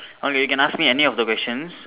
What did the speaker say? okay you can ask me any of the questions